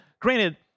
granted